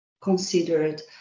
considered